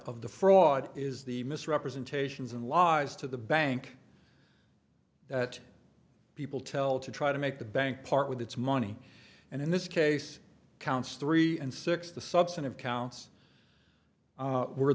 of the fraud is the misrepresentations and laws to the bank that people tell to try to make the bank part with its money and in this case counts three and six the substantive counts were